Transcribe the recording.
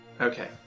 Okay